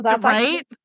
Right